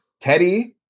Teddy